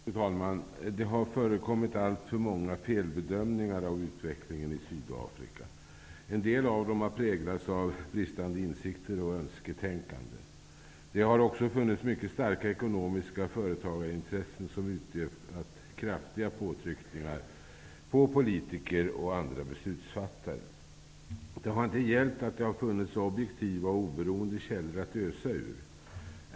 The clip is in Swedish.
Fru talman! Det har förekommit alltför många felbedömningar av utvecklingen i Sydafrika. En del av dem har präglats av bristande insikter och önsketänkande. Det har också funnits mycket starka ekonomiska företagarintressen som utövat kraftiga påtryckningar på politiker och andra beslutsfattare. Det har inte hjälpt att det funnits objektiva och oberoende källor att ösa ur.